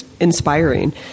inspiring